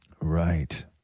Right